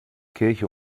kirche